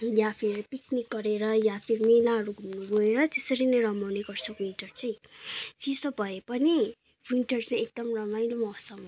या फिर पिकनिक गरेर या फिर मेलाहरू घुम्नु गएर त्यसरी नै रमाउने गर्छन् विन्टर चाहिँ चिसो भए पनि विन्टर चाहिँ एकदम रमाइलो मौसम हो